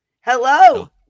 hello